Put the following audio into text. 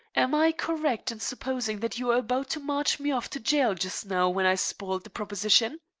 am i correct in supposing that you were about to march me off to jail just now, when i spoilt the proposition?